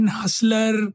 hustler